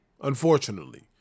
unfortunately